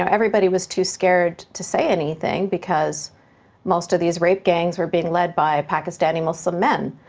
um everybody was too scared to say anything because most of these rape gangs were being led by pakistani muslim men,